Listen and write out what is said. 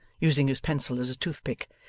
using his pencil as a toothpick.